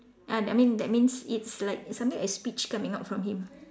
ah that mean that means it's like something like a speech coming out of him